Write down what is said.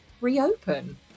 reopen